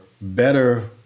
better